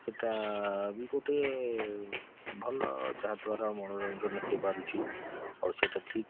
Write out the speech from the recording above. ସେଟା ବି ଗୋଟେ ଭଲ ଯାହା ଦ୍ଵାରା ମନୋରଞ୍ଜନ ହୋଇପାରୁଛି ଆଉ ସେଟା ଠିକ୍